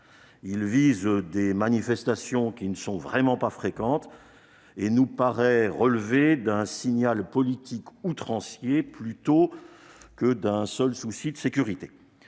vise des manifestations qui ne sont vraiment pas fréquentes et nous paraît relever d'un signal politique outrancier plutôt que du seul souci de sécurité.